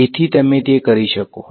જેથી તમે કરી શકો છો